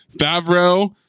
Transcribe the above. Favreau